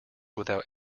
without